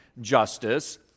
justice